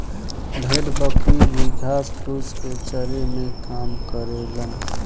भेड़ बकरी भी घास फूस के चरे में काम करेलन